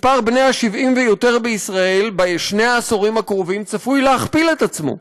מספר בני ה-70 ויותר בישראל בשני העשורים הקרובים צפוי להכפיל את עצמו,